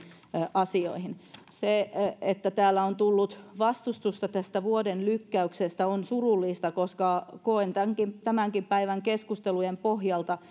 asioihin se että täällä on tullut vastustusta tästä vuoden lykkäyksestä on surullista koska koen tämänkin tämänkin päivän keskustelujen pohjalta